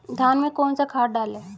धान में कौन सा खाद डालें?